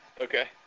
okay